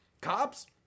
Cops